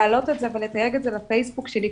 לעלות את זה ולתייג את זה לפייסבוק שלי,